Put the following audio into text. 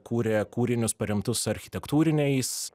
kūrė kūrinius paremtus architektūriniais